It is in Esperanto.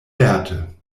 lerte